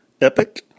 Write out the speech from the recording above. Epic